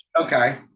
okay